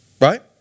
Right